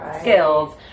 skills